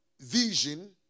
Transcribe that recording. vision